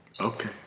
Okay